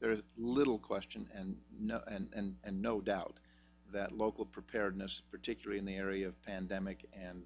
there is little question and no and no doubt that local preparedness particularly in the area of pandemic and